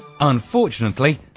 Unfortunately